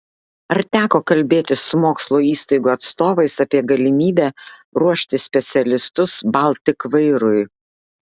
ar teko kalbėtis su mokslo įstaigų atstovais apie galimybę ruošti specialistus baltik vairui